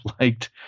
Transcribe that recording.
liked